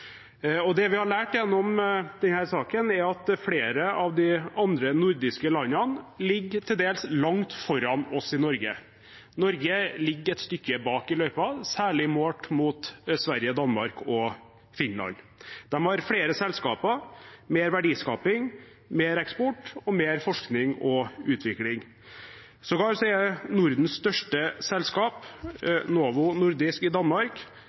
Det vi har lært gjennom denne saken, er at flere av de andre nordiske landene ligger til dels langt foran oss i Norge. Norge ligger et stykke bak i løypa, særlig målt mot Sverige, Danmark og Finland. De har flere selskaper, mer verdiskaping, mer eksport og mer forskning og utvikling. Nordens største selskap, Novo Nordisk i Danmark,